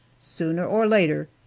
sooner or later,